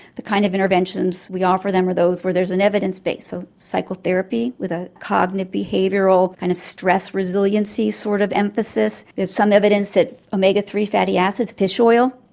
the kind of interventions we offer them are those where there is an evidence base, so psychotherapy with a cognitive behavioural kind of stress resiliency sort of emphasis. there is some evidence that omega-three fatty ashes, fish oil,